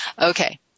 Okay